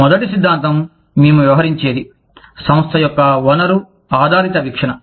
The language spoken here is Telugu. మొదటి సిద్ధాంతం మేము వ్యవహరించేది సంస్థ యొక్క వనరు ఆధారిత వీక్షణ